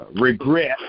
regret